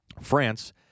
France